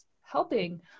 helping